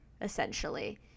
essentially